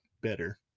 better